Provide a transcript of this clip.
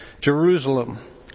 Jerusalem